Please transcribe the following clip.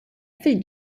fil